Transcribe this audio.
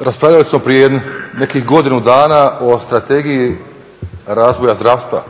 raspravljali smo prije nekih godinu dana o Strategiji razvoja zdravstva